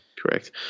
Correct